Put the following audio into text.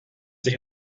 sich